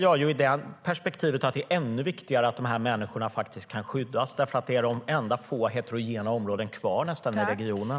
Ur det perspektivet är det ännu viktigare att de här människorna kan skyddas, för det här är nästan de enda heterogena områden som finns kvar i regionen.